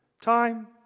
time